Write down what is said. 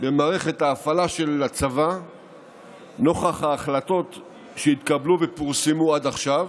במערכת ההפעלה של הצבא נוכח ההחלטות שהתקבלו ופורסמו עד עכשיו.